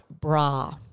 bra